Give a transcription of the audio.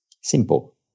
simple